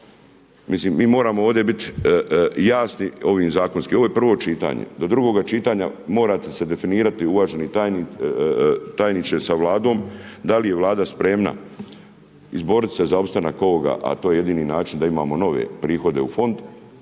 mislim, mi moramo ovdje biti jasni, ovim zakonskim, ovo je prvo čitanje, do drugoga čitanja morate se definirati uvaženi tajniče sa Vladom, da li je vlada spremna, izboriti se za opstanak a to je jedini način da imamo nove prihode u fond,